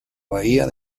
bahía